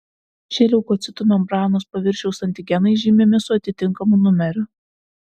šie leukocitų membranos paviršiaus antigenai žymimi su atitinkamu numeriu